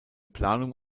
planung